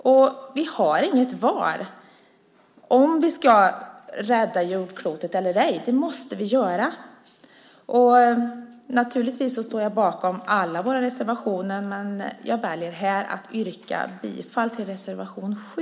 Och vi har inget val, om vi ska rädda jordklotet eller ej. Det måste vi göra. Jag står naturligtvis bakom alla våra reservationer, men jag väljer här att yrka bifall till reservation 7.